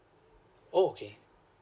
okay